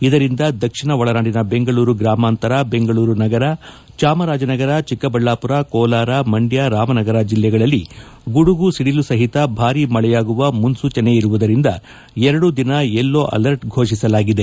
ಇದರಿಂದ ದಕ್ಷಿಣ ಒಳನಾಡಿನ ಬೆಂಗಳೂರು ಗ್ರಾಮಾಂತರ ಬೆಂಗಳೂರು ನಗರ ಜಾಮರಾಜನಗರ ಚಿಕ್ಕಬಳ್ಳಾಪುರ ಕೋಲಾರ ಮಂಡ್ಯ ರಾಮನಗರ ಜಲ್ಲೆಗಳಲ್ಲಿ ಗುಡುಗು ಸಿಡಿಲು ಸಹಿತ ಭಾರಿ ಮಳೆಯಾಗುವ ಮುನ್ನೂಚನೆ ಇರುವುದರಿಂದ ಎರಡೂ ದಿನ ಯೆಲ್ಲೊ ಅಲರ್ಟ್ ಘೋಷಿಸಲಾಗಿದೆ